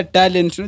talent